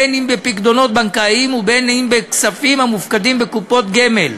בין אם בפיקדונות בנקאיים ובין אם בכספים המופקדים בקופות גמל,